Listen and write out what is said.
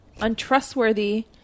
untrustworthy